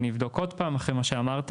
אני אבדוק עוד פעם אחרי מה שאמרת.